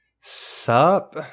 Sup